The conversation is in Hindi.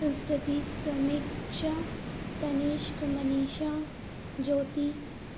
संस्कृति समीक्षा तनिष्क मनीषा ज्योति